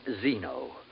Zeno